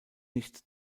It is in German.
nicht